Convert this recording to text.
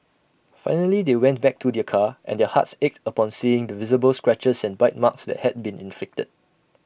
finally they went back to their car and their hearts ached upon seeing the visible scratches and bite marks that had been inflicted